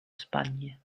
spanje